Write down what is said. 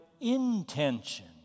intention